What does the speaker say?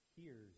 hears